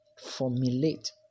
Formulate